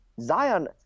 Zion